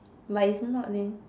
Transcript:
but it's not leh